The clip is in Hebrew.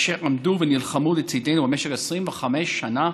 אשר עמדו ונלחמו לצידנו במשך 25 שנה,